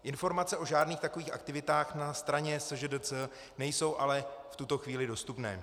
Informace o žádných takových aktivitách na straně SŽDC nejsou ale v tuto chvíli dostupné.